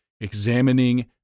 examining